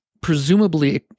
presumably